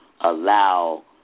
allow